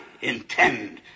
intend